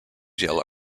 jill